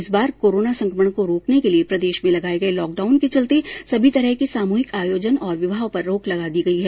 इस बार कोरोना संक्रमण को रोकने के लिए प्रदेश में लगाए गए लॉकडाउन के चलते सभी तरह के सामुहिक आयोजन और विवाहों पर रोक लगा दी गई है